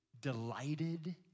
delighted